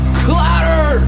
clatter